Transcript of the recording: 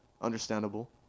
Understandable